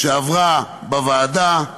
שעברה בוועדה,